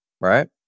right